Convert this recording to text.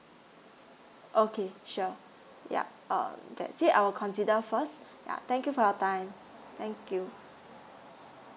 okay sure yup uh that's it I will consider first uh thank you for your time thank you